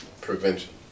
prevention